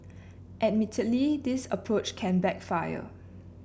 admittedly this approach can backfire